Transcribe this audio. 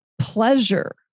pleasure